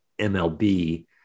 MLB